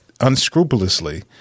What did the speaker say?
unscrupulously